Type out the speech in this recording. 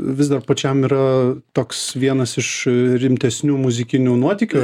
vis dar pačiam yra toks vienas iš rimtesnių muzikinių nuotykių